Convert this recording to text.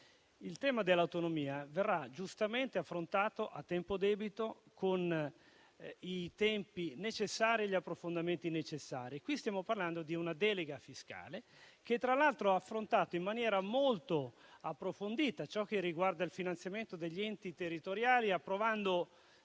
Il tema dell'autonomia verrà opportunamente affrontato a tempo debito con i tempi e gli approfondimenti necessari. Oggi stiamo parlando di una delega fiscale che, tra l'altro, ha affrontato in maniera molto approfondita ciò che riguarda il finanziamento degli enti territoriali, approvando